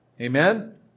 Amen